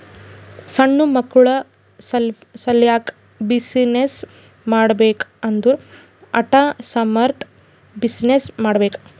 ಸಣ್ಣು ಮಕ್ಕುಳ ಸಲ್ಯಾಕ್ ಬಿಸಿನ್ನೆಸ್ ಮಾಡ್ಬೇಕ್ ಅಂದುರ್ ಆಟಾ ಸಾಮಂದ್ ಬಿಸಿನ್ನೆಸ್ ಮಾಡ್ಬೇಕ್